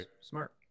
smart